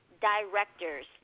directors